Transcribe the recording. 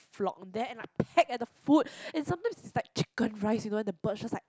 flock there and like peck at the food and sometimes it's like chicken rice you know and the birds just like